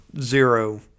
zero